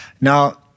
Now